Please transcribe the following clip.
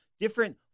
Different